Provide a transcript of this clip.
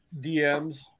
DMs